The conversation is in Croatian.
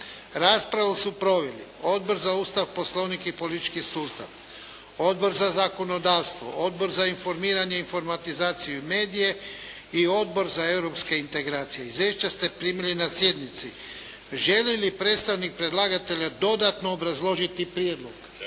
Raspravu su proveli Odbor za Ustav, poslovnik i politički sustav, Odbor za zakonodavstvo, Odbor za informiranje, informatizaciju i medije i Odbor za europske integracije. Izvješća ste primili na sjednici. Želi li predstavnik predlagatelja dodatno obrazložiti prijedlog?